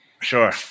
sure